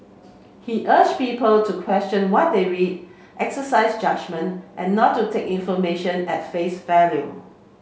he urged people to question what they read exercise judgement and not to take information at face value